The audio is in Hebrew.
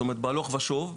בהלוך ושוב.